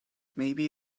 maybe